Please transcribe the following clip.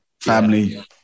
Family